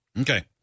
Okay